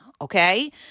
okay